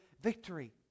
victory